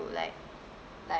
like like